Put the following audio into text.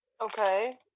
Okay